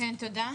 ממכרז.